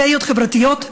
בעיות חברתיות,